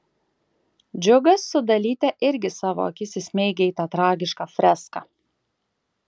džiugas su dalyte irgi savo akis įsmeigią į tą tragišką freską